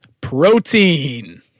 protein